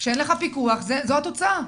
כשאין לך פיקוח, זו התוצאה.